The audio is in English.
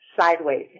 sideways